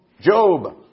Job